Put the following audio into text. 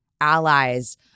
allies